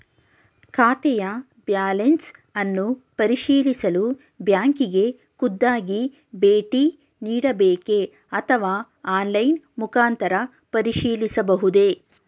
ಖಾತೆಯ ಬ್ಯಾಲೆನ್ಸ್ ಅನ್ನು ಪರಿಶೀಲಿಸಲು ಬ್ಯಾಂಕಿಗೆ ಖುದ್ದಾಗಿ ಭೇಟಿ ನೀಡಬೇಕೆ ಅಥವಾ ಆನ್ಲೈನ್ ಮುಖಾಂತರ ಪರಿಶೀಲಿಸಬಹುದೇ?